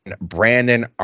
Brandon